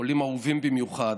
עולים אהובים במיוחד,